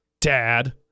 Dad